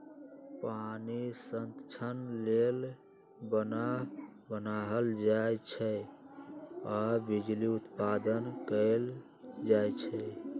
पानी संतक्षण लेल बान्ह बान्हल जाइ छइ आऽ बिजली उत्पादन कएल जाइ छइ